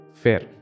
fair